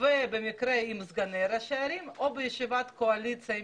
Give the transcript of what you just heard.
ובמקרה עם סגני ראשי ערים או בישיבת קואליציה,